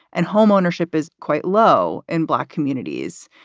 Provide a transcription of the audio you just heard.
and home ownership is quite low in black communities.